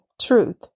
truth